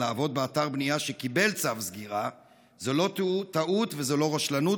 לעבוד באתר בנייה שקיבל צו סגירה זאת לא טעות וזאת לא רשלנות,